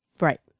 Right